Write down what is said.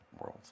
world